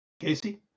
Casey